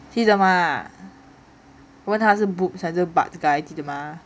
记得吗问他是 boobs 还是 butt guy 记得吗